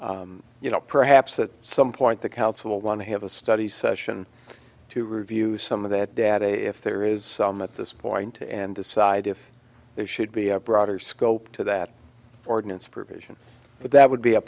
you know perhaps that some point the council want to have a study session to review some of that data if there is some at this point and decide if there should be a broader scope to that ordinance provision but that would be a